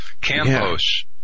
Campos